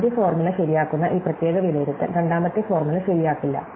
ആദ്യ ഫോർമുല ശരിയാക്കുന്ന ഈ പ്രത്യേക വിലയിരുത്തൽ രണ്ടാമത്തെ ഫോർമുല ശരിയാക്കില്ല